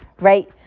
Right